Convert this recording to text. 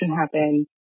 happen